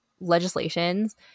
legislations